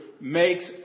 makes